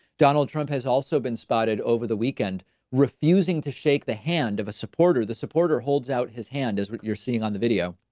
donald trump has also been spotted over the weekend refusing to shake the hand of a supporter, the supporter holds out his hand, is what you're seeing on the video.